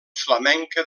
flamenca